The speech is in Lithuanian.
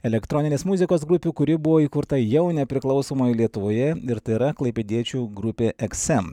elektroninės muzikos grupių kuri buvo įkurta jau nepriklausomoj lietuvoje ir tai yra klaipėdiečių grupė eksem